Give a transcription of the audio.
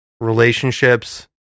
relationships